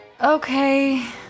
Okay